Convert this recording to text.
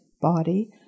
body